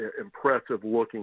impressive-looking